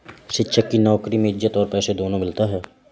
शिक्षक की नौकरी में इज्जत और पैसा दोनों मिलता है